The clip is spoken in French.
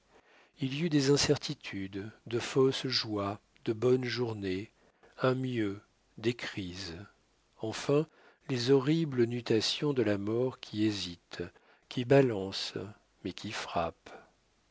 il y eut des incertitudes de fausses joies de bonnes journées un mieux des crises enfin les horribles nutations de la mort qui hésite qui balance mais qui frappe